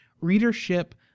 readership